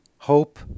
hope